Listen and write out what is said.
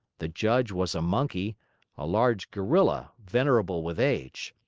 the judge was a monkey a large gorilla venerable with age.